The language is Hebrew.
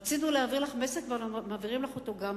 רצינו להעביר לך מסר ואנחנו מעבירים לך אותו גם היום.